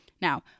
Now